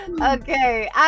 Okay